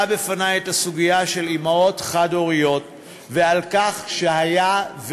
בפני את הסוגיה של אימהות חד-הוריות והיה ועודנו